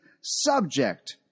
subject